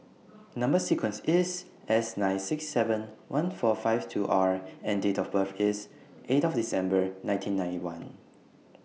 Number sequence IS S nine six seven one four five two R and Date of birth IS eight of December nineteen ninety one